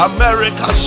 America